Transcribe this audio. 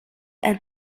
and